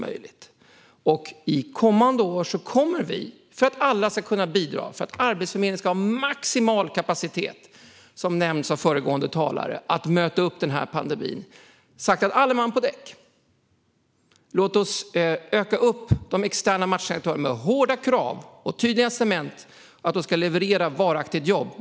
Under kommande år kommer vi att möta upp pandemin för att Arbetsförmedlingen ska ha maximal kapacitet. Vi har sagt: Alle man på däck! Låt oss öka de externa matchningsaktörerna med hårda krav och tydliga incitament för att de ska leverera varaktiga jobb!